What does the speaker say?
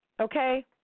okay